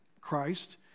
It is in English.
Christ